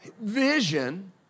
Vision